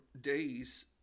days